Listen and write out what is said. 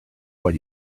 what